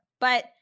But-